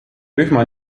rühma